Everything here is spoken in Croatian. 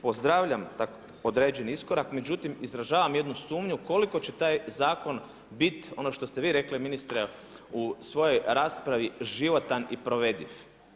Pozdravljam određeni iskorak, međutim izražavam jednu sumnju koliko će taj zakon bit ono što ste vi rekli ministre u svojoj raspravi, životan i provediv.